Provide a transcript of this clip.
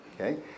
okay